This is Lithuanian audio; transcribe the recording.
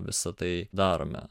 visą tai darome